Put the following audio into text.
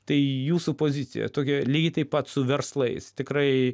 tai jūsų pozicija tokia lygiai taip pat su verslais tikrai